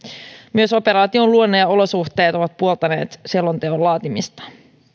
myös operaation luonne ja olosuhteet ovat puoltaneet selonteon laatimista